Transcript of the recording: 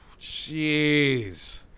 Jeez